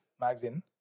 magazine